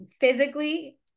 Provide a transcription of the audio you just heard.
physically